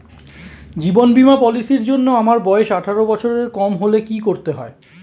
জীবন বীমা পলিসি র জন্যে আমার বয়স আঠারো বছরের কম হলে কি করতে হয়?